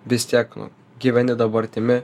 vis tiek nu gyveni dabartimi